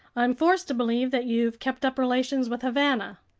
i'm forced to believe that you've kept up relations with havana.